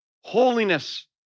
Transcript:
holiness